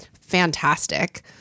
Fantastic